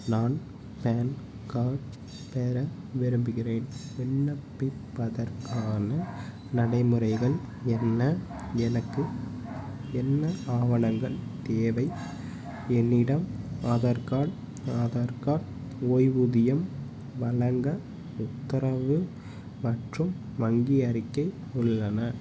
நான் PAN card பெற விரும்புகிறேன் விண்ணப்பிப்பதற்கான நடைமுறைகள் என்ன எனக்கு என்ன ஆவணங்கள் தேவை என்னிடம் ஆதார் கார்ட் ஆதார் கார்ட் ஓய்வூதியம் வழங்க உத்தரவு மற்றும் வங்கி அறிக்கை உள்ளன